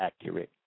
accurate